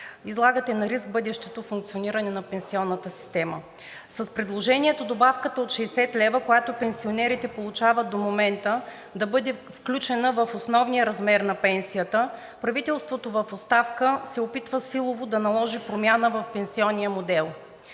излагате на риск бъдещото функциониране на пенсионната система. С предложението добавката от 60 лв., която пенсионерите получават до момента, да бъде включена в основния размер на пенсията правителството в оставка се опитва силово да наложи промяна в пенсионния модел.